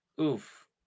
oof